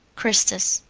christus.